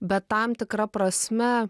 bet tam tikra prasme